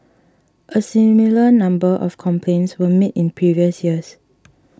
a similar number of complaints were made in previous years